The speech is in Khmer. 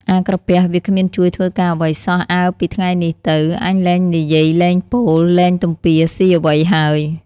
អាក្រពះវាគ្មានជួយ ធ្វើការអ្វីសោះ អើពីថ្ងៃនេះទៅ អញលែងនិយាយលែងពោល លែងទំពាស៊ីអ្វី ហើយ។